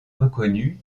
reconnue